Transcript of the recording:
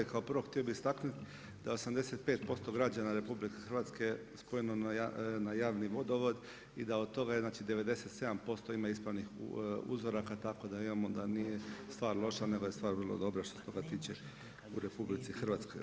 Kao prvo htio bi istaknuti da je 85% građana RH spojeno na javni vodovod i da od toga znači 97% ima ispravnih uzoraka tako da imamo da nije stvar loša nego da je stvar vrlo dobra što se toga tiče u RH.